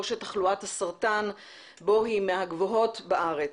שתחלואת הסרטן בו היא מהגבוהות בארץ.